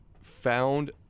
found